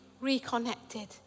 reconnected